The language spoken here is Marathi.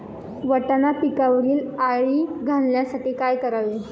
वाटाणा पिकावरील अळी घालवण्यासाठी काय करावे?